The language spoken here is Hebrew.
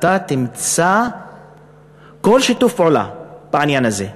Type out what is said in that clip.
אתה תמצא כל שיתוף פעולה בעניין הזה.